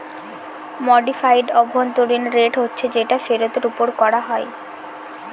modified অভ্যন্তরীন rate হচ্ছে যেটা ফেরতের ওপর করা হয়